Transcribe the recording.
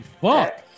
fuck